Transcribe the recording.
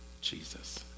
Jesus